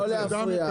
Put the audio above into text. אביר, לא להפריע,